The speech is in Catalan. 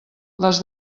les